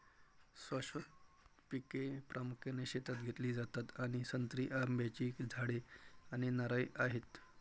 शाश्वत पिके प्रामुख्याने शेतात घेतली जातात आणि संत्री, आंब्याची झाडे आणि नारळ आहेत